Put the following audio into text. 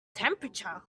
temperature